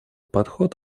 подход